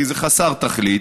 כי זה חסר תכלית,